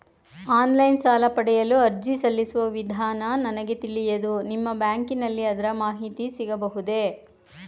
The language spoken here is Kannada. ಆನ್ಲೈನ್ ಸಾಲ ಪಡೆಯಲು ಅರ್ಜಿ ಸಲ್ಲಿಸುವ ವಿಧಾನ ನನಗೆ ತಿಳಿಯದು ನಿಮ್ಮ ಬ್ಯಾಂಕಿನಲ್ಲಿ ಅದರ ಮಾಹಿತಿ ಸಿಗಬಹುದೇ?